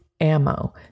ammo